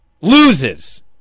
loses